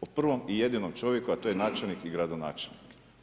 o prvom i jedinom čovjeku, a to je načelnik i gradonačelnik.